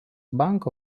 banko